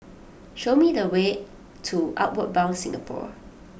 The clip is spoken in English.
show me the way to Outward Bound Singapore